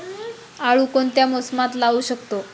आळू कोणत्या मोसमात लावू शकतो?